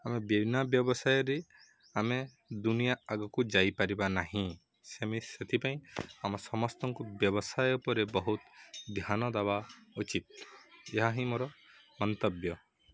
ଆମେ ବିନା ବ୍ୟବସାୟରେ ଆମେ ଦୁନିଆଁ ଆଗକୁ ଯାଇପାରିବା ନାହିଁ ସେମିତି ସେଥିପାଇଁ ଆମ ସମସ୍ତଙ୍କୁ ବ୍ୟବସାୟ ଉପରେ ବହୁତ ଧ୍ୟାନ ଦେବା ଉଚିତ୍ ଏହା ହିଁ ମୋର ମନ୍ତବ୍ୟ